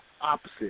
opposite